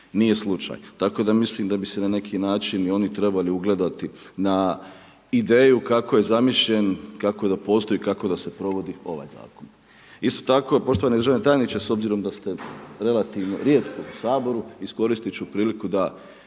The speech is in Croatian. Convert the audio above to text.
nije slučaj tako da mislim da bi se na nekim način oni trebali ugledati na ideju kako je zamišljen, kako da postoji, kako da se provodi ovaj zakon. Isto tako poštovani državni tajniče, s obzirom da ste relativno rijetko u Saboru, iskoristit ću priliku da